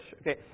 okay